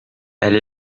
elle